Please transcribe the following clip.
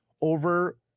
over